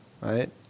right